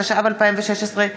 התשע"ו 2016,